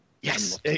Yes